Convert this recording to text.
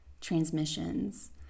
transmissions